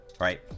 right